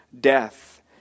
death